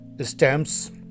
stamps